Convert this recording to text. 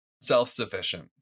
Self-sufficient